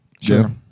Sure